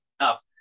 enough